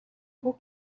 хөх